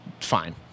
fine